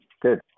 Good